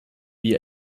wie